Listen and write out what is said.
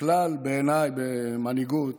הכלל בעיניי במנהיגות